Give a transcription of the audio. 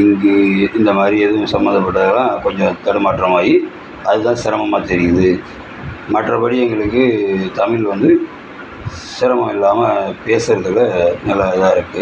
எங்கே இந்த மாதிரி எதுவும் சம்மந்தப்பட்டது தான் கொஞ்சம் தடுமாற்றமாயி அது தான் சிரமமாக தெரியுது மற்றபடி எங்களுக்கு தமிழ் வந்து சிரமம் இல்லாமல் பேசுகிறதுக்கு நல்லா இதாக இருக்கு